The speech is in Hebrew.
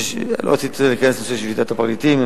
אני לא רוצה להיכנס לנושא שביתת הפרקליטים.